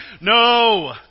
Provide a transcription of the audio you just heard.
no